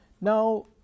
Now